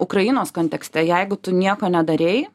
ukrainos kontekste jeigu tu nieko nedarei